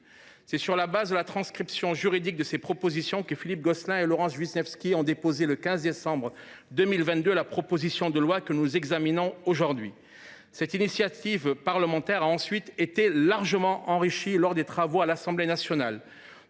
C’est sur la base de la transcription juridique de ces propositions que Philippe Gosselin et Laurence Vichnievsky ont déposé le 15 décembre 2022 la proposition de loi que nous examinons aujourd’hui. Cette initiative parlementaire a ensuite été largement enrichie en première lecture à l’Assemblée nationale.